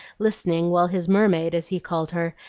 listening while his mermaid, as he called her,